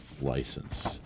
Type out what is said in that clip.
license